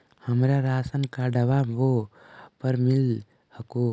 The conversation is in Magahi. हमरा राशनकार्डवो पर मिल हको?